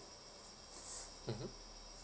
mmhmm